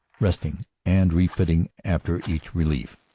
rest ing and refitting after each relief.